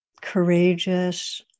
courageous